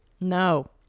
No